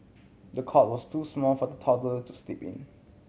the cot was too small for the toddler to sleep in